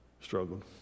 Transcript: struggled